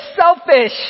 selfish